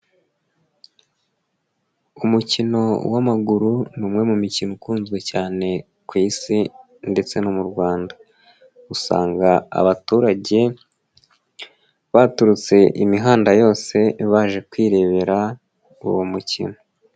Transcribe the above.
Umukino w'amaguru ni umwe mu mikino ikunzwe cyane ku isi ndetse no mu Rwanda. Usanga abaturage baturutse imihanda yose baje kwirebera uwo mukino.